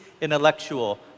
intellectual